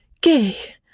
Gay